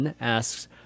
asks